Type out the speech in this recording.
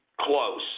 close